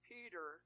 Peter